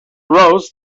rose